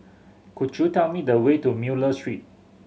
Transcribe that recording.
could you tell me the way to Miller Street